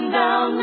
down